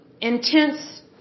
intense